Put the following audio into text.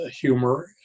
humor